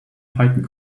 python